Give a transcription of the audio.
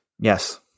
Yes